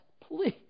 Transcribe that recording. Please